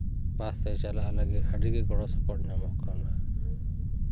ᱵᱟᱥᱛᱮ ᱪᱟᱞᱟᱜ ᱞᱟᱹᱜᱤᱫ ᱟᱹᱰᱤᱜᱮ ᱜᱚᱲᱚᱥᱚᱯᱚᱦᱚᱫ ᱧᱟᱢᱚᱜ ᱠᱟᱱᱟ